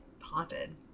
haunted